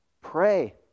Pray